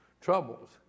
troubles